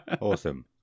Awesome